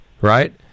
right